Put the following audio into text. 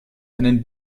einen